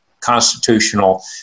constitutional